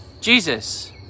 Jesus